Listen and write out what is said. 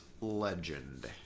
legend